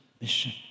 mission